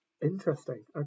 Interesting